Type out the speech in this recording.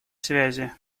связи